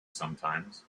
sometimes